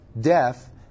death